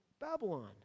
Babylon